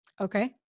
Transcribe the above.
Okay